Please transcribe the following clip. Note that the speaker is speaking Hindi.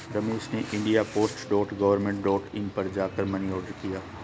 रमेश ने India post dot government dot in पर जा कर मनी ऑर्डर किया